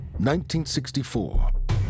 1964